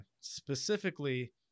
specifically